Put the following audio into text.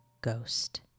ghost